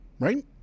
Right